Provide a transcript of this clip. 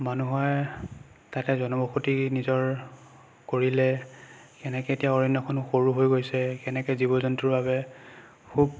মানুহে তাতে জনবসতি নিজৰ কৰিলে কেনেকেনো অৰণ্যখন সৰু হৈ গৈছে কেনেকে জীৱ জন্তুৰ বাবে খুব